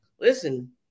listen